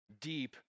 deep